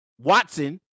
Watson